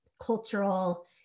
cultural